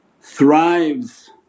thrives